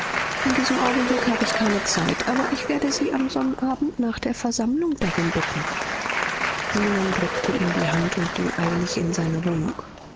in diesem augenblick habe ich keine zeit aber ich werde sie am sonnabend nach der versammlung darum bitten zenon drückte ihm die hand und ging eilig in seine wohnung